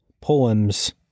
Poems